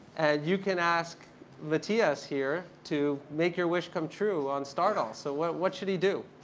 you can ask matthias here to make your wish come true on stardoll. so what what should he do?